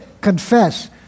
confess